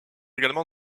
également